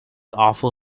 awful